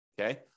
Okay